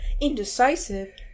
Indecisive